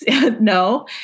No